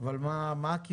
אבל מה הכיוונים?